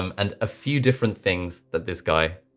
um and a few different things that this guy,